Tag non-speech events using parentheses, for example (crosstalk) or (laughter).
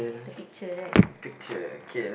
the picture right (breath)